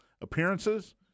appearances